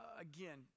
Again